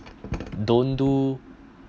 don't do